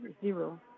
zero